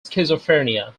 schizophrenia